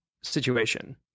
situation